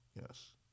Yes